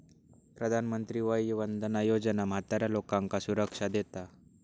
प्रधानमंत्री वय वंदना योजना म्हाताऱ्या लोकांका सुरक्षा देता